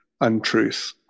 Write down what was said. untruth